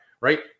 right